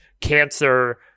cancer